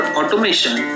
automation